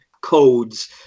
codes